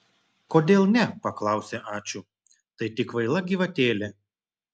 kodėl ne paklausė ačiū tai tik kvaila gyvatėlė